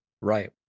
Right